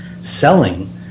selling